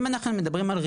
אני מבקשת.